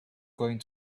going